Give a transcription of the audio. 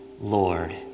Lord